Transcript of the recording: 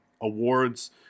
awards